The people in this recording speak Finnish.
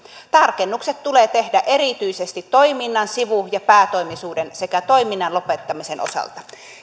tarkennukset tulee tehdä erityisesti toiminnan sivu ja päätoimisuuden sekä toiminnan lopettamisen osalta